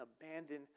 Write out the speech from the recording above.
abandoned